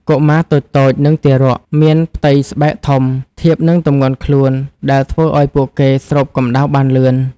កុមារតូចៗ និងទារក មានផ្ទៃស្បែកធំ ធៀបនឹងទម្ងន់ខ្លួន ដែលធ្វើឱ្យពួកគេស្រូបកម្ដៅបានលឿន។